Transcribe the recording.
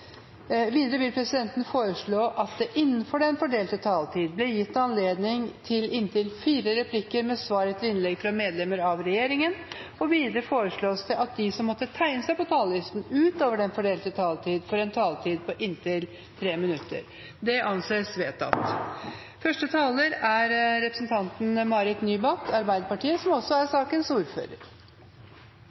Videre vil presidenten foreslå at det blir gitt anledning til inntil fire replikker med svar etter innlegg fra medlemmer av regjeringen innenfor den fordelte taletid. Videre foreslås det at de som måtte tegne seg på talerlisten utover den fordelte taletid, får en taletid på inntil 3 minutter. – Det anses vedtatt. Det er viktig, og det er